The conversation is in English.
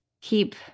keep